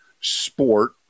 sport